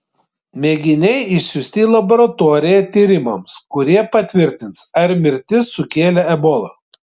mėginiai išsiųsti į laboratoriją tyrimams kurie patvirtins ar mirtis sukėlė ebola